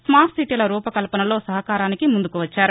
smart సిటీల రూపకల్పనలో సహకారానికి ముందుకువచ్చారు